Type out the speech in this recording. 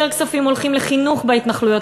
יותר כספים הולכים לחינוך בהתנחלויות,